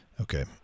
Okay